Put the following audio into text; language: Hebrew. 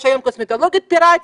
יש היום קוסמטיקאית פיראטית.